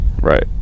Right